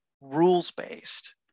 rules-based